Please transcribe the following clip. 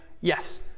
Yes